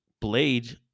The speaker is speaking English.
Blade